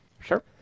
Sure